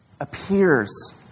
appears